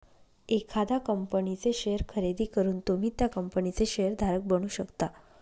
एखाद्या कंपनीचे शेअर खरेदी करून तुम्ही त्या कंपनीचे शेअर धारक बनू शकता